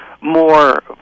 more